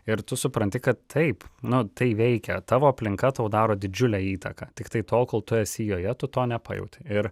ir tu supranti kad taip nu tai veikia tavo aplinka tau daro didžiulę įtaką tiktai tol kol tu esi joje tu to nepajauti ir